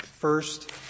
First